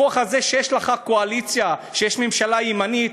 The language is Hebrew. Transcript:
הכוח הזה, שיש לך קואליציה, שיש ממשלה ימנית,